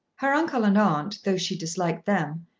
her uncle and aunt, though she disliked them,